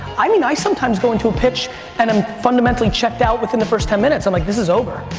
i mean i sometimes go into a pitch and i'm fundamentally checked out within the first ten minutes. i'm like, this is over.